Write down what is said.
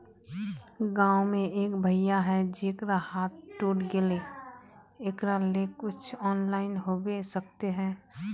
गाँव में एक भैया है जेकरा हाथ टूट गले एकरा ले कुछ ऑनलाइन होबे सकते है?